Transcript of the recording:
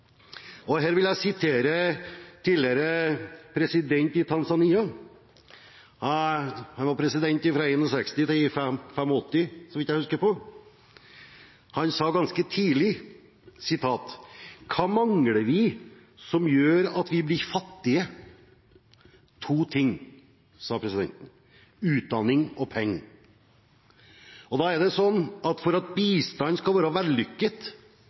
Her vil jeg referere tidligere president i Tanzania – han var president fra 1961 til 1985, så vidt jeg husker. Han sa: Hva mangler vi som gjør at vi blir fattige? Det er to ting, sa presidenten: utdanning og penger. Det er sånn at for at bistand skal være vellykket,